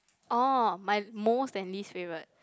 oh my most and least favourite